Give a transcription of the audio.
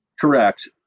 correct